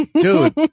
Dude